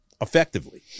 effectively